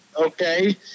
okay